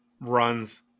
runs